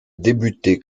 débuté